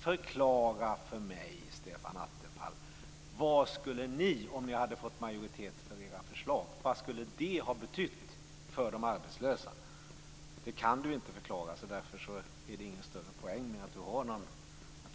Förklara för mig, Stefan Attefall: Vad hade det betytt för de arbetslösa om ni hade fått majoritet för era förslag? Det kan han inte förklara, och därför är det inte någon större poäng med att han